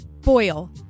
Boil